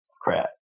Crap